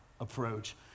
approach